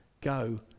go